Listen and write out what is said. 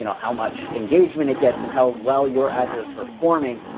you know how much engagement it gets and how well your ads are performing.